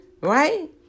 Right